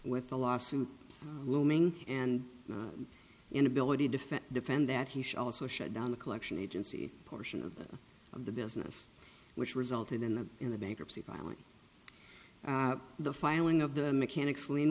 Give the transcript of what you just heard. with the lawsuit looming and inability defend defend that he should also shut down the collection agency portion of the business which resulted in the in the bankruptcy violence the filing of the mechanic's l